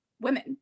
women